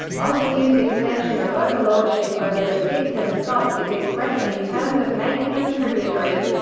oswiu's extension of overlordship over the picts and scots is expressed in terms of making them tributary.